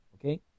okay